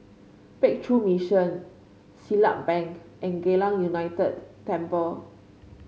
Breakthrough Mission Siglap Bank and Geylang United Temple